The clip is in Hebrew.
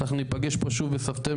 אנחנו ניפגש פה שוב בספטמבר,